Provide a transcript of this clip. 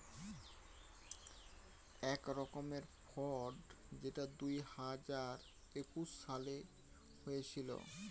এক রকমের ফ্রড যেটা দুই হাজার একুশ সালে হয়েছিল